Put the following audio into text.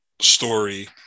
story